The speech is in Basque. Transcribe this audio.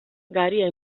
garia